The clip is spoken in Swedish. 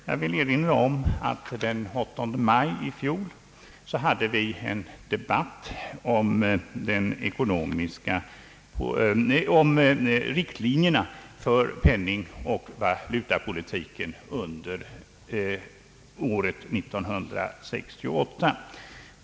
Jag vill erinra om att vi den 8 maj i fjol förde en debatt om riktlinjerna för penningoch valutapolitiken under året 1968.